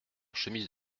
chemise